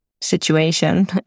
situation